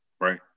right